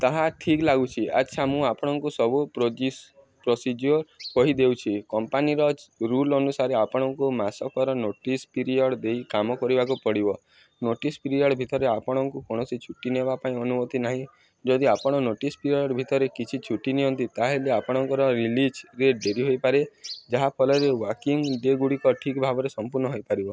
ତାହା ଠିକ୍ ଲାଗୁଛି ଆଚ୍ଛା ମୁଁ ଆପଣଙ୍କୁ ସବୁ ପ୍ରୋସିଜ୍ୟୋର୍ କହିଦେଉଛି କମ୍ପାନୀର ରୁଲ୍ ଅନୁସାରେ ଆପଣଙ୍କୁ ମାସକର ନୋଟିସ୍ ପିରିୟଡ଼୍ ଦେଇ କାମ କରିବାକୁ ପଡ଼ିବ ନୋଟିସ୍ ପିରିୟଡ଼୍ ଭିତରେ ଆପଣଙ୍କୁ କୌଣସି ଛୁଟି ନେବା ପାଇଁ ଅନୁମତି ନାହିଁ ଯଦି ଆପଣ ନୋଟିସ୍ ପିରିୟଡ଼୍ ଭିତରେ କିଛି ଛୁଟି ନିଅନ୍ତି ତା'ହେଲେ ଆପଣଙ୍କର ରିଲିଜ୍ରେ ଡେରି ହୋଇପାରେ ଯାହା ଫଳରେ ୱାର୍କିଂ ଡେ ଗୁଡ଼ିକ ଠିକ୍ ଭାବରେ ସମ୍ପୂର୍ଣ୍ଣ ହୋଇପାରିବ